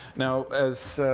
now, as